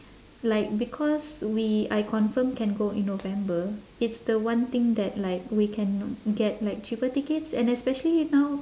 like because we I confirm can go in november it's the one thing that like we can get like cheaper tickets and especially now